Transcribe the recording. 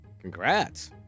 Congrats